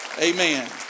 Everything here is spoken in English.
Amen